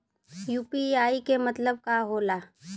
UPI के मतलब का होला?